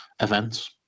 events